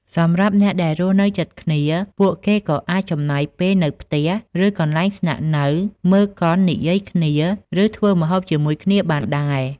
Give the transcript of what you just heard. សម្រាប់អ្នកដែលរស់នៅជិតគ្នា ពួកគេក៏អាច ចំណាយពេលនៅផ្ទះ ឬកន្លែងស្នាក់នៅ មើលកុន និយាយគ្នា ឬធ្វើម្ហូបជាមួយគ្នាបានដែរ។